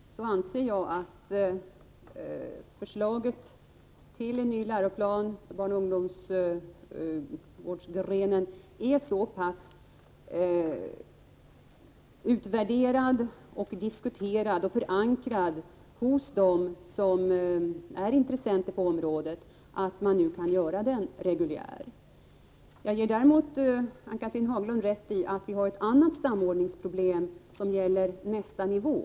Herr talman! Som jag sade i mitt svar, anser jag att förslaget till en ny läroplan för barnaoch ungdomsvårdsgrenen är så pass utvärderat och diskuterat och så förankrat hos dem som är intressenter på området att man nu kan göra den reguljär. "Däremot ger jag Ann-Cathrine Haglund rätt i att vi har ett annat samordningsproblem, som gäller nästa nivå.